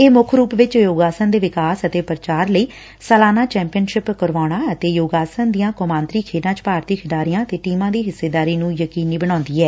ਇਹ ਮੁੱਖ ਰੂਪ ਵਿਚ ਯੋਗਾਸਨ ਦੇ ਵਿਕਾਸ ਅਤੇ ਪ੍ਰਚਾਰ ਲਈ ਸਾਲਾਨਾ ਚੈਂਪੀਅਨਸ਼ਿਪ ਕਰਾਉਣਾ ਅਤੇ ਯੋਗਾਸਨ ਦੀਆਂ ਕੌਮਾਂਤਰੀ ਖੇਡਾਂ ਚ ਭਾਰਤੀ ਖਿਡਾਰੀਆਂ ਤੇ ਟੀਮਾਂ ਦੀ ਹਿੱਸੇਦਾਰੀ ਨੂੰ ਯਕੀਨੀ ਬਣਾਉਦੀ ਐ